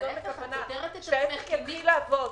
זאת הכוונה, שהם יתחילו לעבוד.